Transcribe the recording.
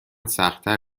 سختتر